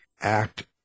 act